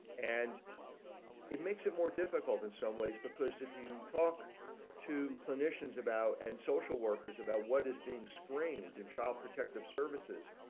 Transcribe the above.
and it makes it more difficult in some ways because if you talk to clinicians about and social workers about what is being strained to and child protective services.